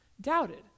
doubted